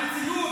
אני לא מתבייש.